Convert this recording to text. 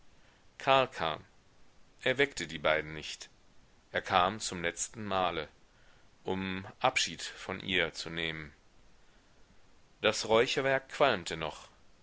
karl kam er weckte die beiden nicht er kam zum letzten male um abschied von ihr zu nehmen das räucherwerk qualmte noch